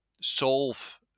solve